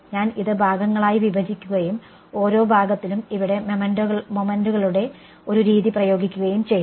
ഞാൻ ഇത് ഭാഗങ്ങളായി വിഭജിക്കുകയും ഓരോ ഭാഗത്തിലും ഇവിടെ മൊമെന്റുകളുടെ ഒരു രീതി പ്രയോഗിക്കുകയും ചെയ്തു